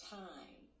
time